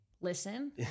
listen